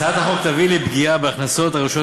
הצעת החוק תביא לפגיעה בהכנסות הרשויות